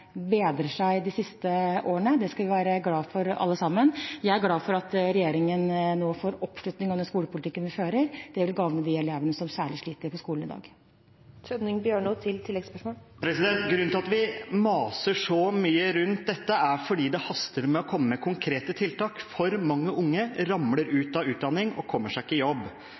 bedrer seg, og det skal vi være glade for alle sammen. Jeg er glad for at regjeringen nå får oppslutning om den skolepolitikken vi fører. Det vil gagne de elevene som særlig sliter på skolen i dag. Grunnen til at vi maser så mye om dette, er at det haster med å komme med konkrete tiltak for mange unge ramler ut av utdanning og kommer seg ikke i jobb.